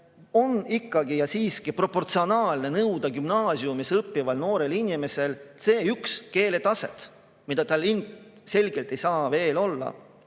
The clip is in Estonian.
on ikkagi proportsionaalne nõuda gümnaasiumis õppivalt noorelt inimeselt C1-keeletaset, mida tal ilmselgelt ei saa veel olla.